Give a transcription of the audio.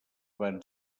van